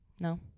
No